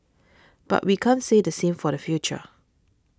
but we can't say the same for the future